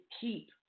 keep